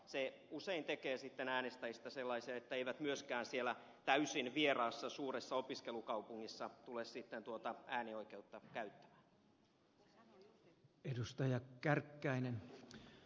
se usein tekee sitten äänestäjistä sellaisia etteivät he myöskään siellä täysin vieraassa suuressa opiskelukaupungissa tule tuota äänioikeutta käyttämään